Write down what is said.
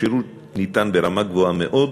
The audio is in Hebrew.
השירות ניתן ברמה גבוהה מאוד,